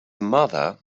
mother